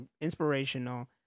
inspirational